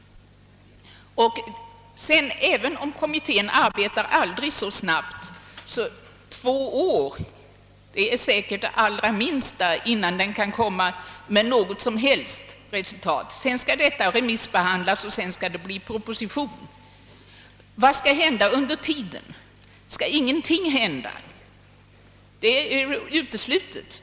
även om en kommitté arbetar aldrig så snabbt måste vi räkna med att två år säkert är det allra minsta innan den kan framlägga något som helst resultat. Innan proposition kan framläggas måste dessutom ärendet remissbehandlas. Skall ingenting hända under tiden? Detta är uteslutet.